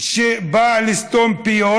שבאה לסתום פיות.